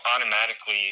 automatically